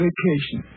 Vacation